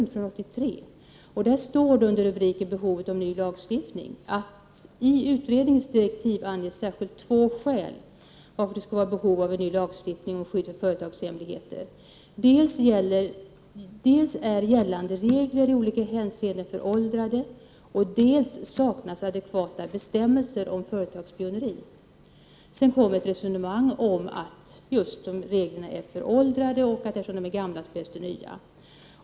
Där står under rubriken Behovet av ny lagstiftning: ”Tutredningens direktiv anges särskilt två skäl varför det skulle vara behov av en ny lagstiftning om skydd för företagshemligheter. Dels är gällande regler i olika hänseenden föråldrade och dels saknas adekvata bestämmelser om företagsspioneri.” Sedan följer ett resonemang om att dessa regler är föråldrade och att det därför behövs nya.